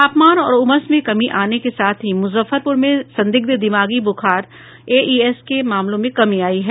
तापमान और उमस में कमी आने के साथ ही मुजफ्फरपूर में संदिग्ध दिमागी बुखार एईएस के मामलों में कमी आयी है